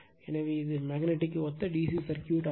எனவே இது மேக்னட்டிக் ஒத்த DC சர்க்யூட் ஆகும்